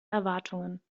erwartungen